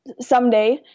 Someday